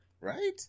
right